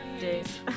days